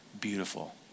beautiful